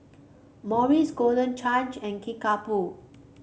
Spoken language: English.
Morries Golden Change and Kickapoo